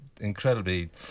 incredibly